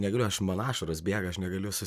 negaliu aš man ašaros bėga aš negaliu su